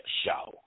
show